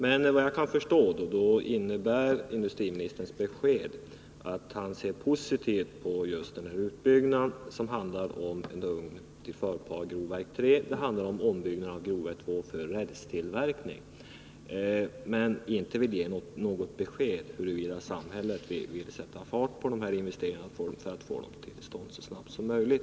Enligt vad jag kan förstå innebär industriministerns besked att han ser positivt på just utbyggnaden av en ugn till förparet i grovverk 3 — det handlar om ombyggnaden av grovverk 2 för rälstillverkning — men han vill inte ge något besked om huruvida samhället vill sätt fart på investeringarna för att få den utbyggnaden till stånd så snabbt som möjligt.